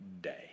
day